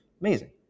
Amazing